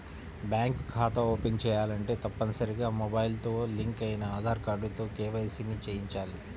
bank ఖాతా open చేయాలంటే తప్పనిసరిగా మొబైల్ తో లింక్ అయిన ఆధార్ కార్డుతో కేవైసీ ని చేయించాలి